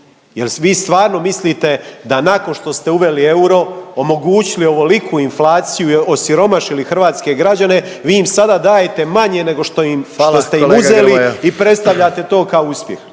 Jel vi stvarno mislite da nakon što ste uveli euro, omogućili ovoliku inflaciju i osiromašili hrvatske građane, vi im sada dajete manje nego što im, što ste